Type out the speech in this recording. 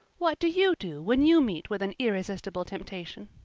what do you do when you meet with an irresistible temptation?